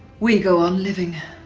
we go on living.